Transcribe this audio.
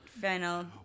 Final